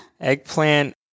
Eggplant